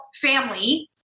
family